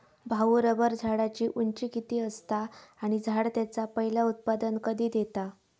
भाऊ, रबर झाडाची उंची किती असता? आणि झाड त्याचा पयला उत्पादन कधी देता?